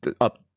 up